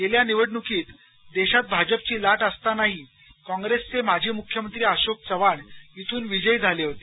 गेल्या निवडणुकीत देशात भाजपची लाट असतानाही काँग्रेसचे माजी मुख्यमंत्री अशोक चव्हाण इथून विजयी झाले होते